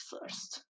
first